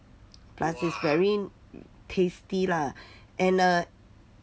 plus is very tasty lah and uh